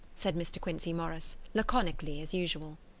said mr. quincey morris, laconically as usual.